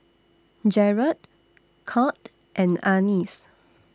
Jarrod Curt and Anice